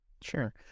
Sure